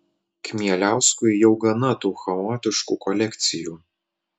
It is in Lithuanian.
kmieliauskui jau gana tų chaotiškų kolekcijų